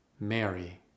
Mary